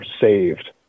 saved